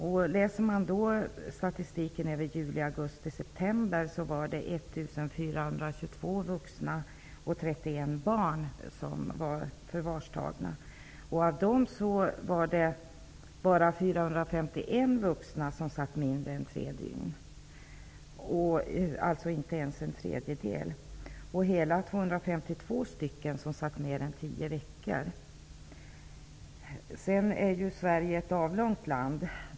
Enligt statistiken över juli, augusti och september var 1 422 vuxna och 31 barn förvarstagna. Av dem var det bara 451 vuxna som satt mindre än tre dygn, dvs. inte ens en tredjedel, och hela 252 som satt mer är tio veckor. Sverige är ett avlångt land.